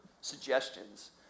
suggestions